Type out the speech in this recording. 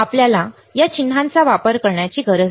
आपल्याला या चिन्हाचा वापर करण्याची गरज नाही